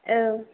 औ